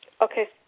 Okay